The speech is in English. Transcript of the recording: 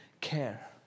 care